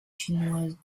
finnoise